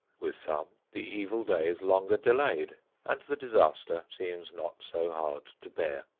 with some, the evil day is longer delayed and the disaster seems not so hard to bear.